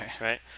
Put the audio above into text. right